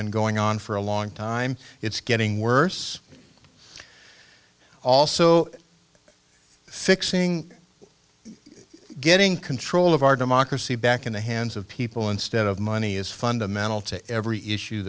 been going on for a long time it's getting worse also fixing getting control of our democracy back in the hands of people instead of money is fundamental to every issue